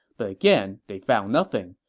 but again, they found nothing,